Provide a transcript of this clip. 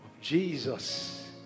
Jesus